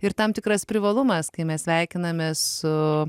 ir tam tikras privalumas kai mes sveikinamės su